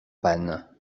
panne